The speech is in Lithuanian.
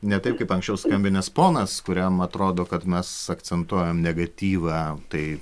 ne taip kaip anksčiau skambinęs ponas kuriam atrodo kad mes akcentuojam negatyvą tai